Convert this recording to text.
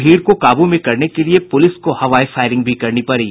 भीड़ को काब्र में करने के लिए पुलिस को हवाई फायरिंग भी करनी पड़ी